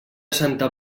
santa